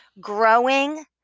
growing